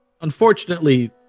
Unfortunately